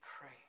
pray